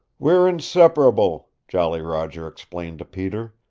we're inseparable, jolly roger explained to peter.